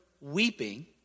weeping